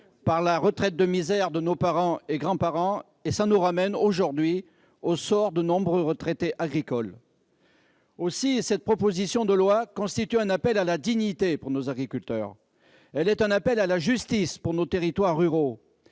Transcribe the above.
par la retraite de misère de nos parents et grands-parents. Cela nous ramène aujourd'hui au sort de nombreux retraités agricoles. Aussi, cette proposition de loi constitue un appel à la dignité pour nos agriculteurs. Elle est un appel à la justice pour nos territoires ruraux.